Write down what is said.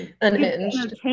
Unhinged